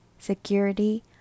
security